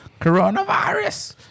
coronavirus